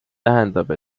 tähendab